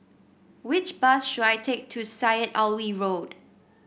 which bus should I take to Syed Alwi Road